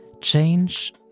change